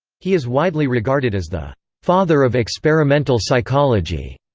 he is widely regarded as the father of experimental psychology.